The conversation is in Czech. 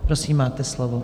Prosím, máte slovo.